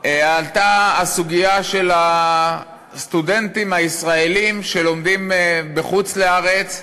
עלתה הסוגיה של הסטודנטים הישראלים שלומדים בחוץ-לארץ,